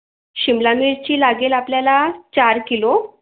शिमला मिरची लागेल आपल्याला चार किलो